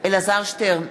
אלעזר שטרן,